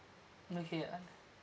okay un~